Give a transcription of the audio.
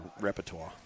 repertoire